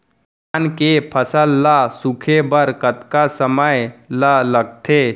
धान के फसल ल सूखे बर कतका समय ल लगथे?